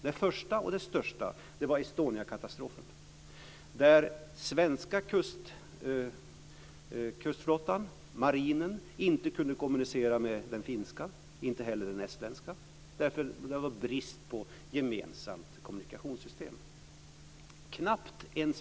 Det första och det största var Estoniakatastrofen, där man i den svenska kustflottan, marinen, inte kunde kommunicera med den finska och inte heller med den estländska och knappt ens med varandra därför att det var brist på gemensamt kommunikationssystem.